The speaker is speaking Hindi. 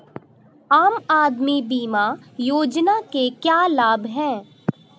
आम आदमी बीमा योजना के क्या लाभ हैं?